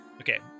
Okay